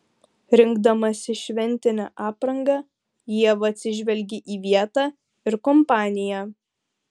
rinkdamasi šventinę aprangą ieva atsižvelgia į vietą ir kompaniją